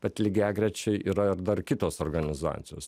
bet lygiagrečiai yra ir dar kitos organizacijos